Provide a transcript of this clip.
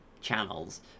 channels